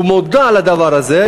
הוא מודע לדבר הזה,